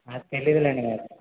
తెలీదులెండి